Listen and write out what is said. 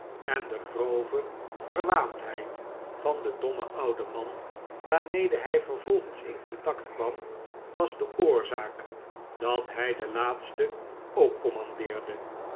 en de grove verwaandheid van den dommen ouden man waarmede hij vervolgens in contact kwam was de oorzaak dat hij den laatste ook